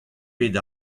bet